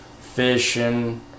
fishing